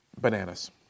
bananas